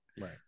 right